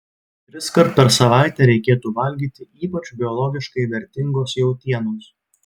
triskart per savaitę reikėtų valgyti ypač biologiškai vertingos jautienos